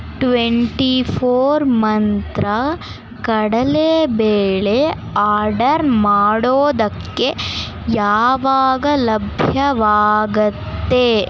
twenty four Mantra ಕಡಲೆ ಬೇಳೆ order ಮಾಡೋದಕ್ಕೆ ಯಾವಾಗ ಲಭ್ಯವಾಗುತ್ತೆ